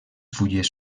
fulles